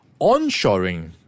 onshoring